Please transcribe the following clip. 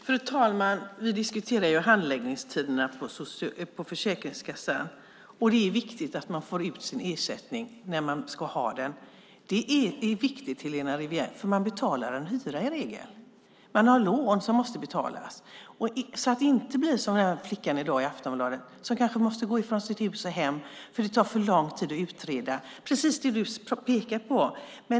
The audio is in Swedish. Fru talman! Vi diskuterar handläggningstiderna på Försäkringskassan, och det är viktigt att man får sin ersättning när man ska ha den. Det är viktigt, Helena Rivière, därför att man i regel betalar en hyra eller har lån som måste betalas, så att det inte blir som för flickan i Aftonbladet i dag som kanske måste gå från hus och hem därför att det tar för lång tid att utreda, precis det du pekar på.